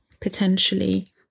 potentially